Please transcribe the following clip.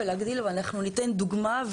אנחנו ניתן דוגמה.